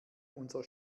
unser